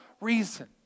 reason